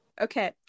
Okay